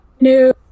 No